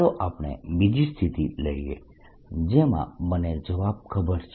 ચાલો આપણે બીજી સ્થિતિ લઈએ જેમાં મને જવાબ ખબર છે